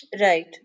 right